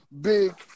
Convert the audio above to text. big